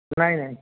ନାଇଁ ନାଇଁ